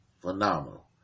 Phenomenal